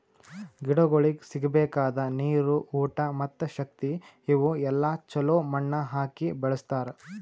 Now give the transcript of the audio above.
ಗಿಡಗೊಳಿಗ್ ಸಿಗಬೇಕಾದ ನೀರು, ಊಟ ಮತ್ತ ಶಕ್ತಿ ಇವು ಎಲ್ಲಾ ಛಲೋ ಮಣ್ಣು ಹಾಕಿ ಬೆಳಸ್ತಾರ್